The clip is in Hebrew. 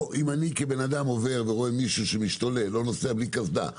או אם אני רואה אדם שמשתולל או נוסע בלי קסדה,